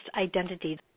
identity